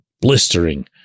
blistering